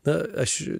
na aš